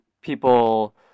people